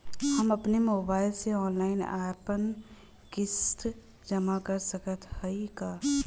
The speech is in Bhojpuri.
हम अपने मोबाइल से ऑनलाइन आपन किस्त जमा कर सकत हई का?